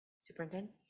superintendent